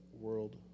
world